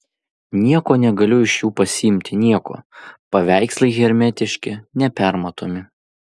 nieko negaliu iš jų pasiimti nieko paveikslai hermetiški nepermatomi